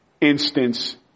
instance